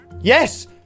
Yes